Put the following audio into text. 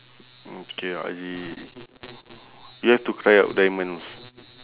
okay you have to cry out diamonds